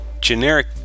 generic